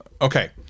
Okay